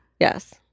Yes